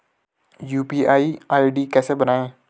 UPI ID कैसे बनायें?